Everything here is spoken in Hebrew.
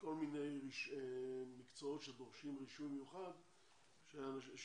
כל מיני מקצועות שדורשים רישוי מיוחד שלצערי